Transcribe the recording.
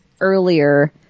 earlier